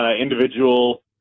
individual